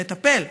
תטפל,